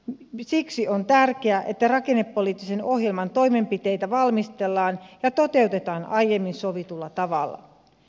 siksi on tärkeää että rakennepoliittisen ohjelman toimenpiteitä valmistellaan ja toteutetaan aiemmin sovitulla tavalla